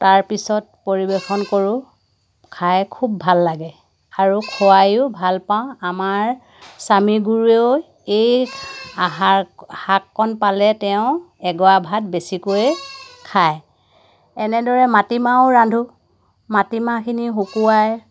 তাৰ পিছত পৰিৱেশন কৰোঁ খাই খুব ভাল লাগে আৰু খোৱাইও ভালপাওঁ আমাৰ স্বামীগুৰুৱেও এই আহাৰ শাককণ পালে তেওঁ এগৰাহ ভাত বেছিকৈয়ে খাই এনেদৰে মাটি মাহো ৰান্ধো মাটি মাহখিনি শুকুৱাই